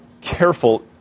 careful